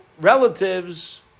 relatives